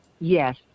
yes